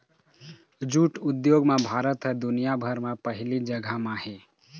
jute उद्योग म भारत ह दुनिया भर म पहिली जघा म हे